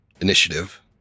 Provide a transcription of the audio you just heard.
initiative